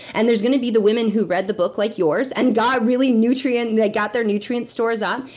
and there's gonna be the women who read the book, like yours, and got really nutrient, and got their nutrient stores up.